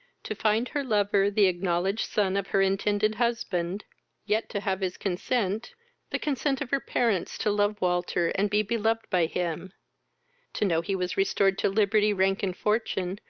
to find her lover, the acknowledged son of her intended husband yet to have his consent the consent of her parents to love walter, and be beloved by him to know he was restored to liberty, rank, and fortune,